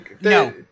No